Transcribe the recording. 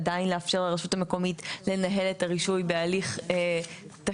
עדיין לאפשר לרשות המקומית לנהל את הרישוי בהליך תקין.